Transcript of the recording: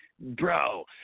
bro